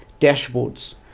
dashboards